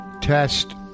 Test